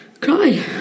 cry